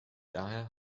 daher